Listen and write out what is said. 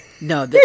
No